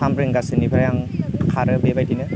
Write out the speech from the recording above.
थाम रिंगासोनिफ्राय आं खारो बेबायदिनो